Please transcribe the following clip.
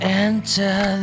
enter